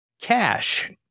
cash